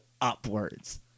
upwards